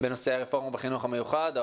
בנושא הרפורמה בחינוך המיוחד.